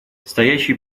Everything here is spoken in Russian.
стоящие